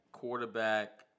Quarterback